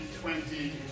twenty